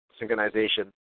synchronization